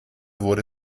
wurde